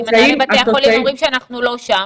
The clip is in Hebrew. כי הנהלת בתי החולים אומרים שאנחנו לא שם?